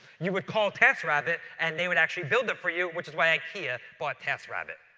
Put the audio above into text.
you would call task rabbit and they would actually build it for you, which is why ikea bought task rabbit.